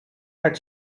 had